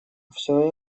все